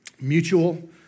mutual